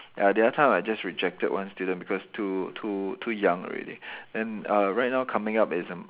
ya the other time I just rejected one student because too too too young already then uh right now coming up is a